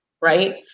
right